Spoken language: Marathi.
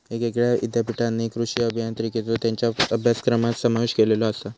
येगयेगळ्या ईद्यापीठांनी कृषी अभियांत्रिकेचो त्येंच्या अभ्यासक्रमात समावेश केलेलो आसा